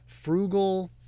Frugal